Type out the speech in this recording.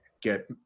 get